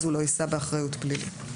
אז הוא לא יישא באחריות פלילית.